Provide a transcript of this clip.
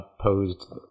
posed